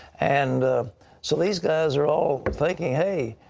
and so these guys are all thinking, hey,